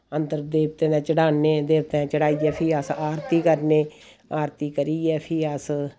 अंदर देवतें दे चढ़ान्ने देवतें दे चढ़ाइयै फ्ही अस आरती करने आरती करियै फ्ही अस